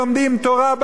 משתמטים.